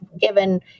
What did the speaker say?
given